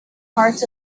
hearts